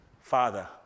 Father